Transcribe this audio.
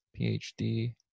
PhD